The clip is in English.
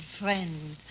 friends